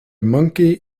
monkey